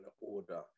order